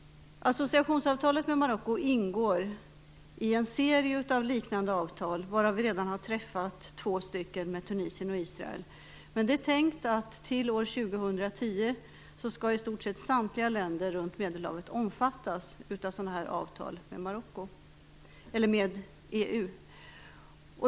Associationsavtalet med Marocko ingår i en serie av liknande avtal varav vi redan har träffat två: ett med Tunisien och ett med Israel. Det är tänkt att i stort sett samtliga länder runt Medelhavet till år 2010 skall omfattas av sådana här avtal med EU.